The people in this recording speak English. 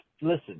listen